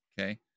okay